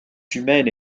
humaine